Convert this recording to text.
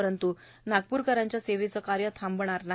परंतु नागपूरकरांच्या सेवेचे कार्य थांबणार नाही